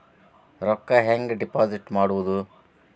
ರೊಕ್ಕ ಹೆಂಗೆ ಡಿಪಾಸಿಟ್ ಮಾಡುವುದು?